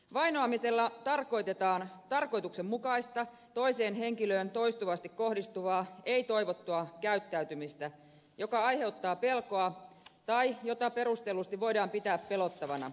vainoamisella tarkoitetaan tarkoituksenmukaista toiseen henkilöön toistuvasti kohdistuvaa ei toivottua käyttäytymistä joka aiheuttaa pelkoa tai jota perustellusti voidaan pitää pelottavana